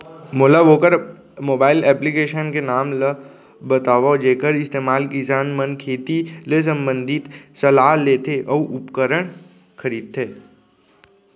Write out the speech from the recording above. मोला वोकर mobile application के नाम ल बतावव जेखर इस्तेमाल किसान मन खेती ले संबंधित सलाह लेथे अऊ उपकरण खरीदथे?